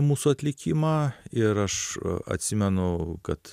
mūsų atlikimą ir aš atsimenu kad